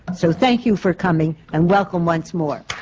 so thank you for coming, and welcome once more.